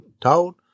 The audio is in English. told